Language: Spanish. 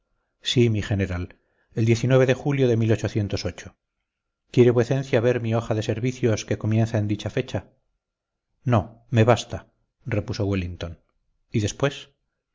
sí mi general el de julio de quiere vuecencia ver mi hoja de servicios que comienza en dicha fecha no me basta repuso wellington y después